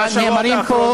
הקשבתי לך.